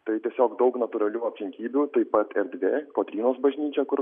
tai tiesiog daug natūralių aplinkybių taip pat erdvė kotrynos bažnyčia kur